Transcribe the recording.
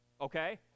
Okay